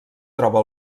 troba